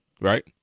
Right